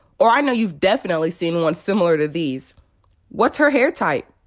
or i know you've definitely seen ones similar to these what's her hair type,